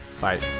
Bye